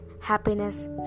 happiness